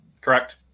Correct